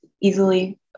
easily